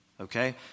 Okay